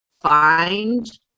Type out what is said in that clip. find